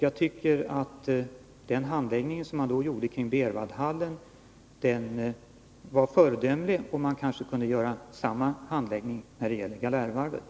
Jag tycker att handläggningen i frågan om Berwaldhallen var föredömlig och att man skulle kunna agera på samma vis nu när det gäller Galärvarvet.